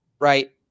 right